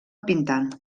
pintant